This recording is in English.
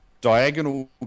diagonal